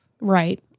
Right